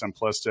simplistic